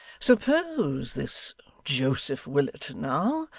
suppose this joseph willet now,